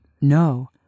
no